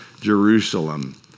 Jerusalem